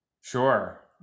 Sure